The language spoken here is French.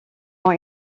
ont